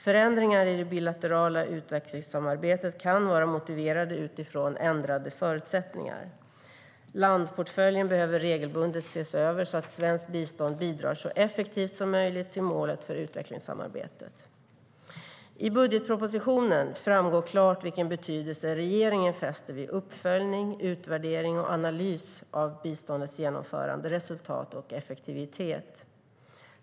Förändringar i det bilaterala utvecklingssamarbetet kan vara motiverade utifrån ändrade förutsättningar. Landportföljen behöver regelbundet ses över så att svenskt bistånd bidrar så effektivt som möjligt till målet för utvecklingssamarbetet.I budgetpropositionen framgår klart vilken betydelse regeringen fäster vid uppföljning, utvärdering och analys av biståndets genomförande, resultat och effektivitet.